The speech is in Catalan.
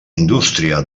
indústria